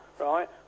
right